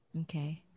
Okay